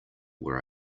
where